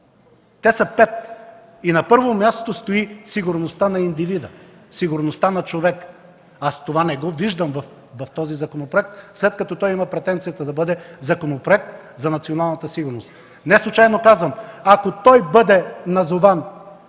Те са пет. На първо място стои сигурността на индивида, сигурността на човека. Аз това не го виждам в този законопроект, след като той има претенцията да бъде Законопроект за националната сигурност. Неслучайно казвам, че ако той бъде назован